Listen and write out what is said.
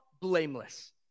blameless